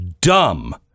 dumb